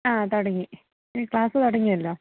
ആ തുടങ്ങി ക്ലാസ്സ് തുടങ്ങിയല്ലോ